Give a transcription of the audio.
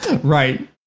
right